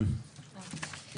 צריך לעשות את הבדיקה,